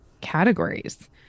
categories